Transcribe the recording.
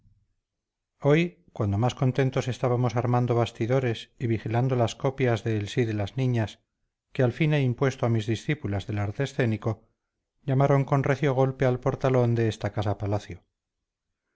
hoy cuando más contentos estábamos armando bastidores y vigilando las copias de el sí de las niñas que al fin he impuesto a mis discípulas del arte escénico llamaron con recio golpe al portalón de esta casa palacio